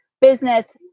business